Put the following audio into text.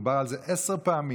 דובר על זה עשר פעמים.